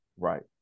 Right